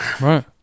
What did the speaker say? right